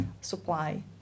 supply